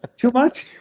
too much?